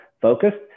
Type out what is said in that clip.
focused